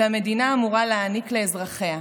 שהמדינה אמורה להעניק לאזרחיה,